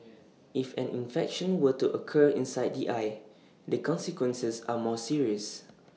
if an infection were to occur inside the eye the consequences are more serious